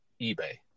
eBay